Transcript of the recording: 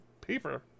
paper